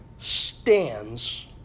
stands